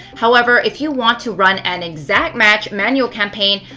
however, if you want to run an exact match manual campaign,